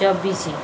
ଚବିଶି